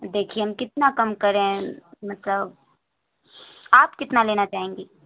دیکھیے ہم کتنا کم کریں مطلب آپ کتنا لینا چاہیں گی